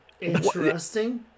interesting